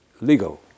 legal